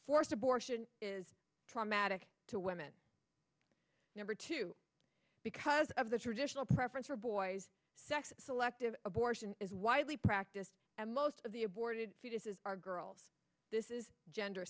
forced abortion is traumatic to women number two because of the traditional preference for boys sex selective abortion is widely practiced and most of the aborted fetuses are girls this is gender